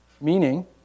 meaning